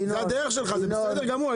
--- זו הדך שלך, זה בסדר גמור.